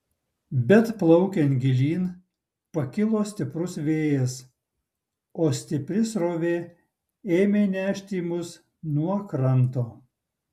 bet plaukiant gilyn pakilo stiprus vėjas o stipri srovė ėmė nešti mus nuo kranto